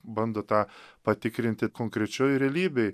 bando tą patikrinti konkrečioj realybėj